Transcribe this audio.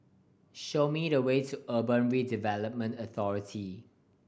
show me the way to Urban Redevelopment Authority